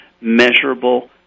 measurable